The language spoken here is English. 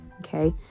Okay